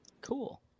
cool